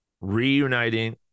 reuniting